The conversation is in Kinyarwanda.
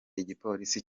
igipolisi